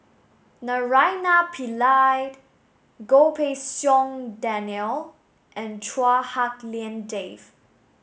Naraina Pillai Goh Pei Siong Daniel and Chua Hak Lien Dave